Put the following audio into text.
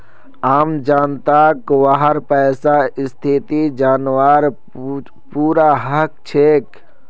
आम जनताक वहार पैसार स्थिति जनवार पूरा हक छेक